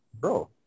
bro